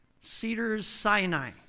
Cedars-Sinai